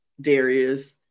Darius